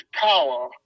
power